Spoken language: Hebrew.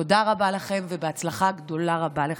תודה רבה לכם, ובהצלחה גדולה לך,